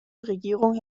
regierung